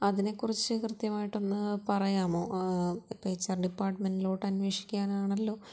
അതിനെക്കുറിച്ച് കൃത്യമായിട്ടൊന്ന് പറയാമോ പ്രത്യകിച്ച് ഡിപ്പാർട്ട്മെൻറ്റിലോട്ട് അന്വേഷിക്കാനാണല്ലോ